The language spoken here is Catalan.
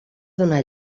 donar